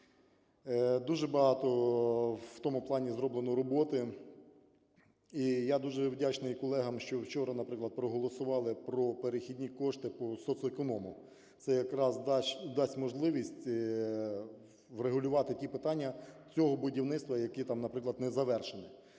дуже багато в тому плані зроблено роботи. І я дуже вдячний колегам, що вчора, наприклад, проголосували про перехідні кошти по соцеконому. Це якраз дасть можливість врегулювати ті питання цього будівництва, яке там, наприклад, незавершене.